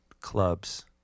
clubs